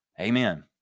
Amen